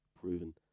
proven